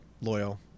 loyal